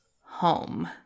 home